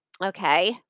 Okay